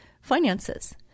finances